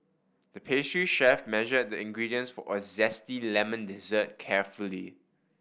the pastry chef measured the ingredients for a zesty lemon dessert carefully